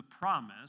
promise